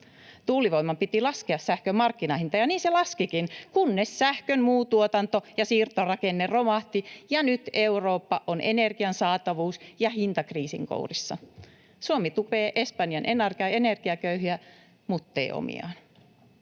Tuulivoiman piti laskea sähkön markkinahintaa, ja niin se laskikin, kunnes sähkön muu tuotanto- ja siirtorakenne romahti, ja nyt Eurooppa on energian saatavuus- ja hintakriisin kourissa. Suomi tukee Espanjan energiaköyhiä muttei omiaan.